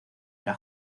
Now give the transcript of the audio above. era